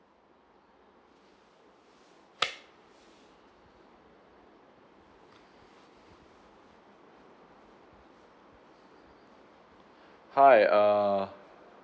hi uh